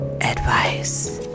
Advice